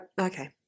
Okay